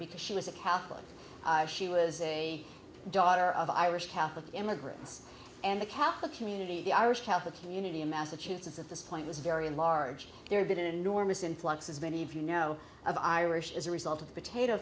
because she was a catholic she was a daughter of irish half of the immigrants and the catholic community the irish catholic community in massachusetts at this point was very large there had been an enormous influx as many of you know of irish as a result of the potato